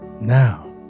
Now